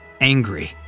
angry